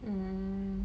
mm